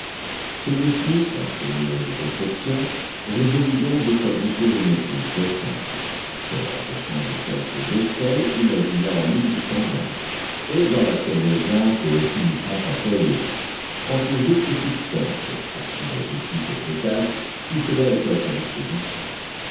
cyrus smith après mûres réflexions résolut donc de fabriquer une pile très simple se rapprochant de celle que becquerel imagina en et dans laquelle le zinc est uniquement employé quant aux autres substances acide azotique et potasse tout cela était à sa disposition